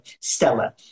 Stella